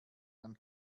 dann